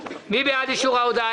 מי בעד אישור ההודעה?